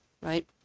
right